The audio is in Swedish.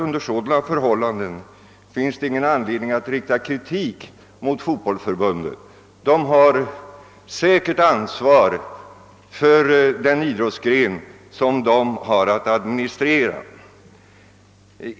Under sådana förhållanden anser jag inte att det finns någon anledning att rikta kritik mot Fotbollförbundet. Det har säkert ansvar för den idrottsgren som det har att administrera.